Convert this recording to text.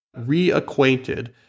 reacquainted